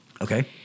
Okay